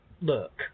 look